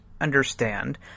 understand